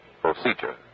procedure